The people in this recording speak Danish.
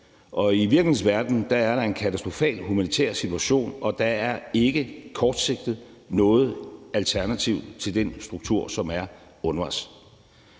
og i virkelighedens verden er der en katastrofal humanitær situation, og der er ikke kortsigtet noget alternativ til den struktur, som er UNRWA's.